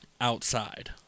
outside